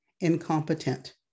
incompetent